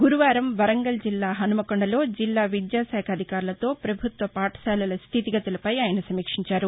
గురువారం వరంగల్ జిల్లా హన్మకొండలో జిల్లా విద్యాశాఖ అధికారులతో పభుత్వ పాఠశాలల స్థితిగతులపై ఆయన సమీక్షించారు